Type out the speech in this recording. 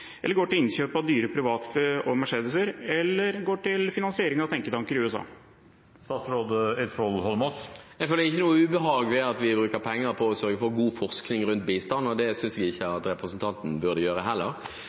går til innkjøp av dyre privatfly og Mercedeser, eller går til finansiering av tenketanker i USA? Jeg føler ikke noe ubehag ved at vi bruker penger på å sørge for god forskning på bistand, og det synes jeg ikke representanten burde gjøre heller.